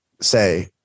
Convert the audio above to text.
say